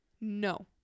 No